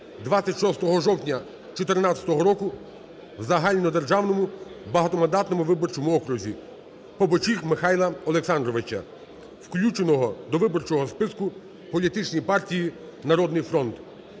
26 жовтня 14-го року в загальнодержавному багатомандатному виборчому окрузі, Побочіх Михайла Олександровича, включеного до виборчого списку в політичній партії "Народний фронт".